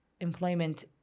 employment